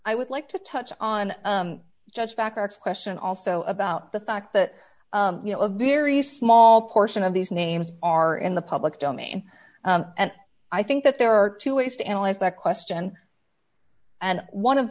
i would like to touch on just back our question also about the fact that you know a very small portion of these names are in the public domain and i think that there are two ways to analyze that question and one of